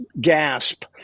gasp